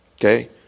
Okay